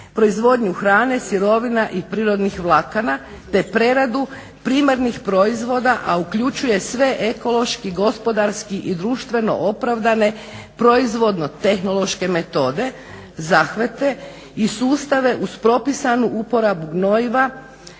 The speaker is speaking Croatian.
proizvodnju hrane sirovina i prirodnih vlakana, te preradu primarnih proizvoda, a uključuje sve ekološki gospodarski i društveno opravdane proizvodno tehnološke metode, zahvate i sustave uz propisanu uporabu gnojiva,